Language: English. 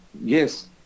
Yes